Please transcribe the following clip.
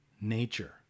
nature